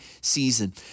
season